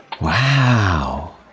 Wow